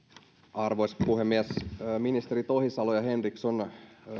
arvoisa puhemies ministerit ohisalo ja henriksson